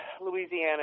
Louisiana